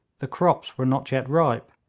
the crops were not yet ripe,